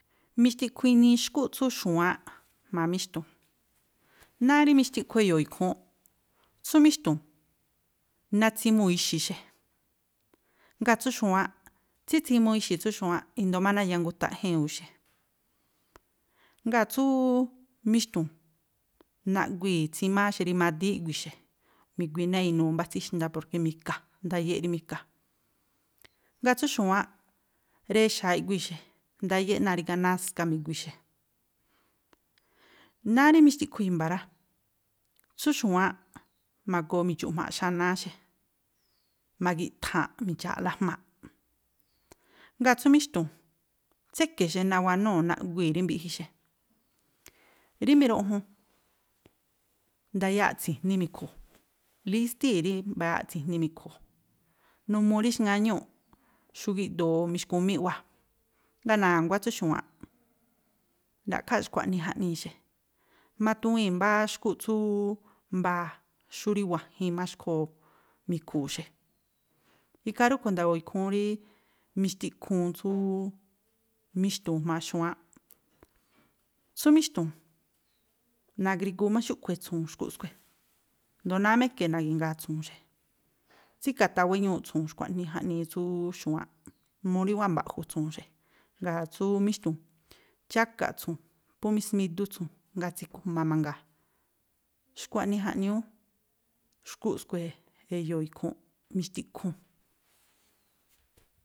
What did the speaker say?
Mixtiꞌkhu inii xkúꞌ tsú xu̱wáánꞌ jma̱a míxtu̱u̱n. Náá rí mixtiꞌkhu e̱yo̱o̱ ikhúúnꞌ. Tsú míxtu̱u̱n, natsimuu̱ ixi̱ xe, ngáa̱ tsú xu̱wáánꞌ, tsítsimuu ixi̱ tsú xu̱wáánꞌ, i̱ndóó má nayangutaꞌjíi̱n ú xe. Ŋgáa̱ tsúúú míxtu̱u̱n, naꞌguii̱ tsímáá xe, rimadíí iꞌguii̱ xe, mi̱gui náa̱ inuu mbá tsíxnda porke mika, ndayéꞌ rí mika. Ŋgáa̱ tsú xu̱wáánꞌ, rexa̱a iꞌguii̱ xe, ndayéꞌ náa̱ rígá náska mi̱gui xe. Náá rí mixtiꞌkhu i̱mba̱ rá. Tsú xu̱wáánꞌ ma̱goo mi̱dxu̱ꞌ jma̱a̱ꞌ xanáá xe, ma̱gi̱ꞌtha̱a̱nꞌ mi̱dxa̱a̱ꞌla jma̱a̱ꞌ, ngáa̱ tsú míxtu̱u̱n, tséke̱ xe, nawanúu̱ naꞌguii̱ rí mbiꞌji xe. Rí miruꞌjun, ndayáa̱ꞌ tsi̱jní mi̱khu̱u̱, lístíi̱ rí mbayáa̱ꞌ tsi̱jní mi̱khu̱u̱, numuu rí xŋáñúu̱ xú gíꞌdoo mixkúmíꞌ wáa̱, ngáa̱ na̱nguá tsú xu̱wáánꞌ, ra̱ꞌkháá xkua̱nii̱ jaꞌnii̱ xe, matuwii̱n mbáá xkúꞌ tsúúú mbaa̱ xú rí wa̱jin maxkhoo̱ mi̱khu̱u̱ xe. Ikhaa rúꞌkhui̱ nda̱yo̱o̱ ikhúún rí mixtiꞌkhu̱u̱n tsúúú míxtu̱u̱n jma̱a xu̱wáánꞌ. Tsú míxtu̱u̱n, na̱grigu má xúꞌkhui̱ tsu̱wu̱u̱n xkúꞌ skui̱, jndo̱ náá má e̱ke̱ na̱gi̱ngaa tsu̱wu̱u̱n. tsíka̱taa wéñuuꞌ tsu̱wu̱u̱n xkua̱ꞌnii jaꞌnii tsúúú xu̱wáánꞌ, numuu rí wáa̱ mba̱ꞌju̱ tsu̱wu̱u̱n xe. Ngáa̱ tsú míxtu̱u̱n, chákaꞌ tsu̱wu̱u̱n, phú mismídú tsu̱wu̱u̱n, ngáa̱ tsíkujma mangaa. Xkua̱ꞌnii jaꞌñúú xkúꞌ skue̱ e̱yo̱o̱ ikhúúnꞌ, mixtiꞌkhuu̱n.